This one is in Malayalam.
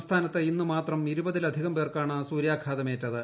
സംസ്ഥാനത്ത് ഇന്ന് മാത്രം ഇരുപതിലധികം പേർക്കാണ് സൂര്യാഘാതം ഏറ്റത്